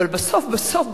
אבל בסוף בסוף,